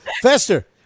Fester